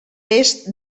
est